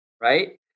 right